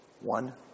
one